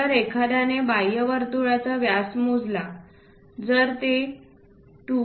जर एखाद्याने बाह्य वर्तुळाचा व्यास मोजला जर ते 2